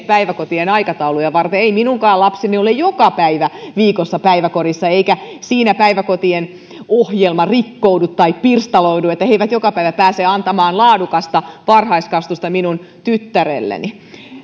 päiväkotien aikatauluja varten ei minunkaan lapseni ole joka päivä viikossa päiväkodissa eikä siinä päiväkotien ohjelma rikkoudu tai pirstaloidu että he eivät joka päivä pääse antamaan laadukasta varhaiskasvatusta minun tyttärelleni